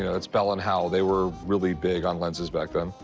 yeah it's bell and howell. they were really big on lenses back then.